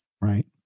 Right